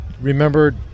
remember